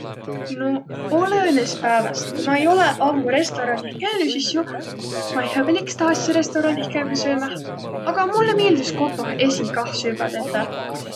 No, olõnõs pääväst. Ku ma ei olõq ammuq restoraanih käünüq, sis jo vaihõpääl iks tahasi restoraanih kävvüq söömäh, aga mullõ miildüs kotoh esiq kah süvväq tetäq.